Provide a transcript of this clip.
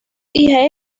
hijas